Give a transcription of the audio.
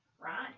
right